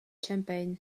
champaign